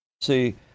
see